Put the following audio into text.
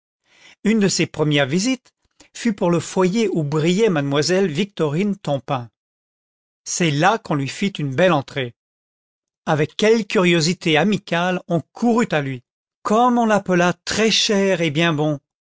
une de ses premières visites fut pour le foyer où brillait mademoiselle vietorine tompain c'est là qu'on lui fit une bell entrée avec quelle curiosité amicale on courut à lui i comme on l'appela très-cher et hen bon